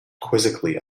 quizzically